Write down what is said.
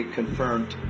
confirmed